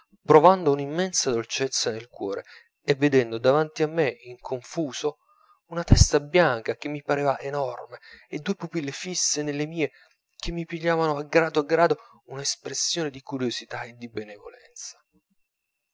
provando una immensa dolcezza nel cuore e vedendo davanti a me in confuso una testa bianca che mi pareva enorme e due pupille fisse nelle mie che pigliavano a grado a grado una espressione di curiosità e di benevolenza